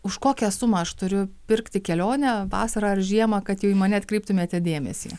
už kokią sumą aš turiu pirkti kelionę vasarą ar žiemą kad jau į mane atkreiptumėte dėmesį